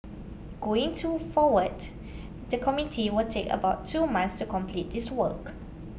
going to forward the committee will take about two months to complete this work